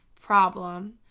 problem